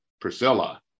Priscilla